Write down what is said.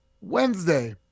Wednesday